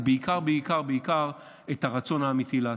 ובעיקר בעיקר בעיקר את הרצון האמיתי לעשות.